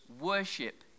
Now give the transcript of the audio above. worship